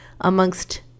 amongst